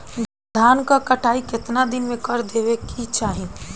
धान क कटाई केतना दिन में कर देवें कि चाही?